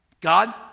God